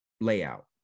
layout